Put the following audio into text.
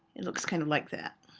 it looks kind of like that.